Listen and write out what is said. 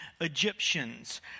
Egyptians